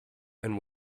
and